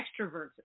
extroverts